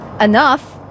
enough